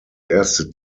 erste